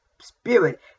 spirit